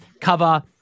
cover